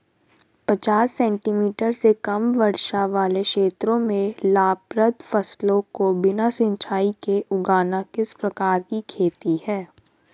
पचास सेंटीमीटर से कम वर्षा वाले क्षेत्रों में लाभप्रद फसलों को बिना सिंचाई के उगाना किस प्रकार की खेती है?